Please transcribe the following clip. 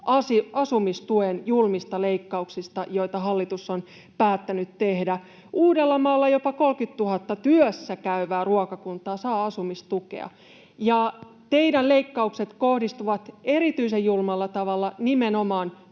asumistuen julmista leikkauksista, joita hallitus on päättänyt tehdä. Uudellamaalla jopa 30 000 työssäkäyvää ruokakuntaa saa asumistukea. Teidän leikkauksenne kohdistuvat erityisen julmalla tavalla nimenomaan